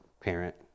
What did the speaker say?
parent